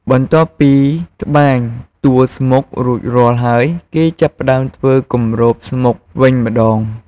បន្ទាប់ពីត្បាញតួស្មុគរួចរាល់ហើយ គេចាប់ផ្តើមធ្វើ គម្របស្មុគវិញម្តង។